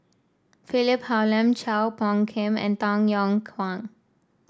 Philip Hoalim Chua Phung Kim and Tay Yong Kwang